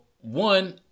one